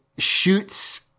shoots